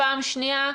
ופעם שנייה,